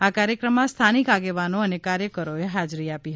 આ કાર્યક્રમમાં સ્થાનિક આગેવાનો અને કાર્યકરોએએ હાજરી આપી હતી